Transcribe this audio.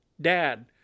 Dad